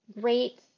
great